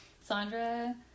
Sandra